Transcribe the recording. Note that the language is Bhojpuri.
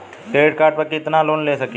क्रेडिट कार्ड पर कितनालोन ले सकीला?